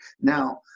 Now